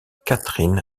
katherine